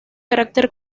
carácter